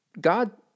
God